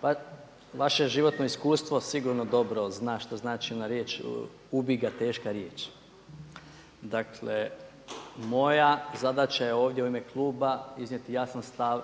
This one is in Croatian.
Pa vaše životno iskustvo sigurno dobro zna što znači ona riječ „ubi ga teška riječ“. Dakle moja zadaća je ovdje u ime kluba iznijeti jasan stav,